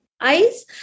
eyes